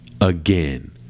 again